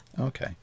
Okay